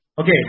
okay